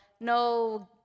no